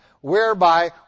whereby